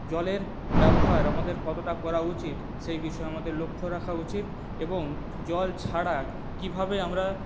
জলের ব্যবহার আমাদের কতটা করা উচিৎ সেই বিষয়ে আমাদের লক্ষ্য রাখা উচিৎ এবং জল ছাড়া কীভাবে আমরা